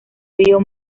río